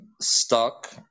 stuck